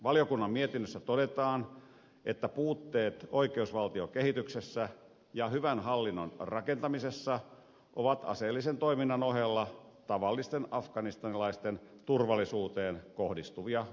valiokunnan mietinnössä todetaan että puutteet oi keusvaltiokehityksessä ja hyvän hallinnon rakentamisessa ovat aseellisen toiminnan ohella tavallisten afganistanilaisten turvallisuuteen kohdistuvia uhkia